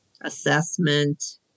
assessment